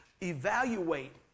evaluate